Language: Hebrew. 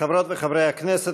חברות וחברי הכנסת,